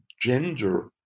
gender